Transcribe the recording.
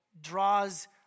draws